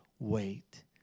wait